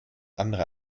andere